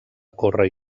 córrer